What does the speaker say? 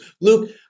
Luke